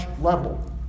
level